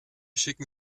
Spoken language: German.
schicken